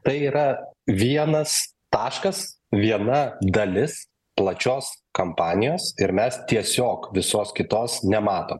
tai yra vienas taškas viena dalis plačios kampanijos ir mes tiesiog visos kitos nematom